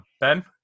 Ben